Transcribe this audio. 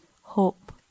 hope